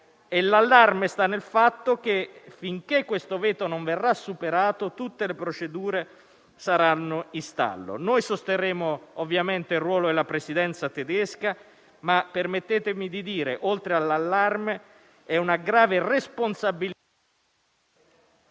l'allarme sta nel fatto che, finché questo veto non verrà superato, tutte le procedure saranno in stallo. Noi sosterremo ovviamente il ruolo della Presidenza tedesca ma permettetemi di dire che, oltre all'allarme, è una grave responsabilità...